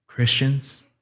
Christians